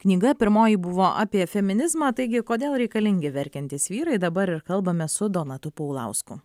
knyga pirmoji buvo apie feminizmą taigi kodėl reikalingi verkiantys vyrai dabar ir kalbame su donatu paulausku